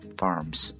farms